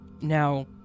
Now